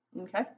Okay